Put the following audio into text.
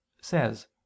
says